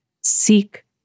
seek